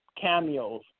cameos